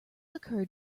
occurred